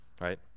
right